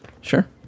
sure